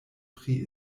pri